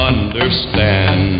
Understand